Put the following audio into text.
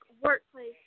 workplace